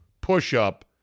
push-up